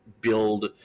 build